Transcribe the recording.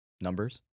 numbers